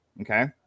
Okay